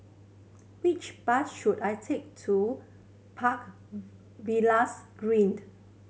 which bus should I take to Park Villas Green